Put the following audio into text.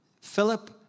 Philip